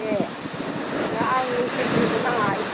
एइ आं सेन्ट्रेलखौ नाङा हाय